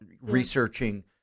researching